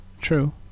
True